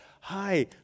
hi